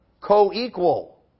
co-equal